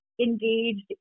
engaged